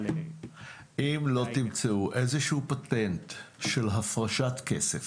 אם לא תמצאו איזשהו פטנט של הפרשת כסף,